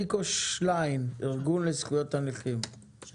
אליקו שליין מארגון הנכים זכויות הנכים, בבקשה.